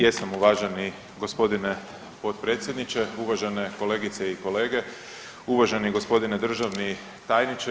Jesam uvaženi gospodine potpredsjedniče, uvažene kolegice i kolege, uvaženi gospodine državni tajniče.